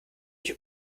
ich